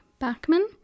backman